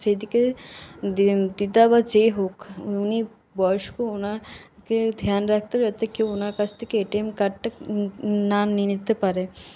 সেদিকে দিদা বা যে হোক উনি বয়স্ক ওনা কে ধ্যান রাখতে হবে যাতে কেউ ওনার কাছ থেকে এটিএম কার্ডটা না নিয়ে নিতে পারে